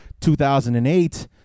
2008